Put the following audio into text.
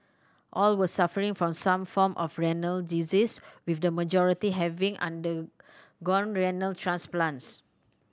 all were suffering from some form of renal disease with the majority having undergone renal transplants